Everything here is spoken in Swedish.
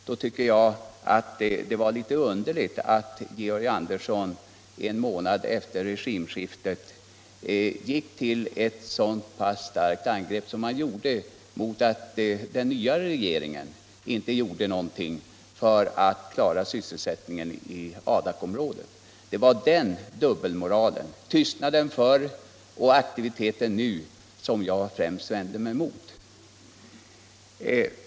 Jag tycker då att det var underligt att Georg Andersson en månad efter regimskiftet gick till ett så starkt angrepp mot att den nya regeringen inte gjorde någonting för att klara sysselsättningen i Adakområdet. Det var den dub 63 belmoralen — tystnaden förut och aktiviteten nu — som jag främst vände mig mot.